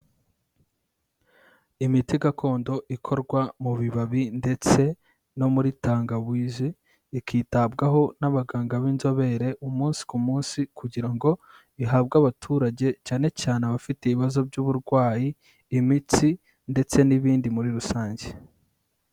Imiti gakondo ikorwa mu bibabi ndetse no muri tangawizi, ikitabwaho n'abaganga b'inzobere umunsi ku munsi kugira ngo ihabwe abaturage cyane cyane abafite ibibazo by'uburwayi, imitsi ndetse n'ibindi muri rusange.